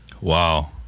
wow